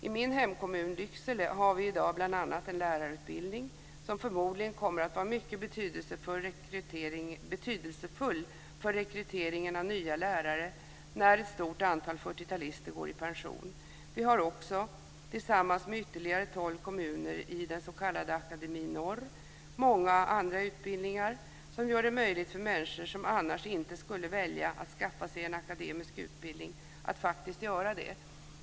I min hemkommun, Lycksele, har vi i dag bl.a. en lärarutbildning, som förmodligen kommer att vara mycket betydelsefull för rekryteringen av nya lärare när ett stort antal 40-talister går i pension. Vi har också, tillsammans med ytterligare tolv kommuner i den s.k. Akademi Norr, många andra utbildningar som gör det möjligt för människor som annars inte skulle välja att skaffa sig en akademisk utbildning att faktiskt göra det.